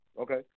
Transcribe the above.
Okay